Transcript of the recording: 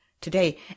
today